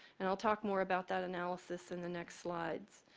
and i'll talk more about that analysis in the next slides.